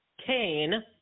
Kane